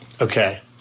Okay